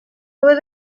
dues